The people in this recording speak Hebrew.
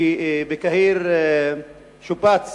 שבקהיר שופץ